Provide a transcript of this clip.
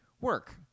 work